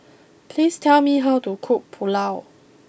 please tell me how to cook Pulao